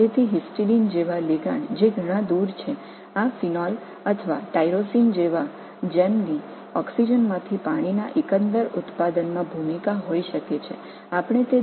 எனவே ஹிஸ்டைடின் மற்றும் இந்த பீனால் அல்லது டைரோசின் போன்ற வெகு தொலைவில் உள்ள லிகாண்ட் நீர் உற்பத்திக்கான ஒட்டுமொத்த ஆக்ஸிஜனில் ஒரு பங்கைக் கொண்டிருக்கும்